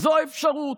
זו האפשרות.